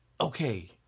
okay